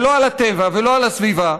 ולא על הטבע ולא על הסביבה.